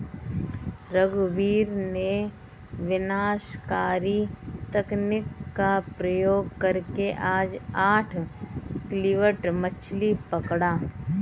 रघुवीर ने विनाशकारी तकनीक का प्रयोग करके आज आठ क्विंटल मछ्ली पकड़ा